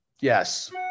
Yes